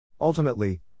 Ultimately